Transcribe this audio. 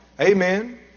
amen